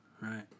Right